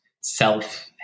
self